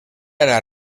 era